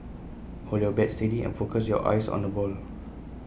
hold your bat steady and focus your eyes on the ball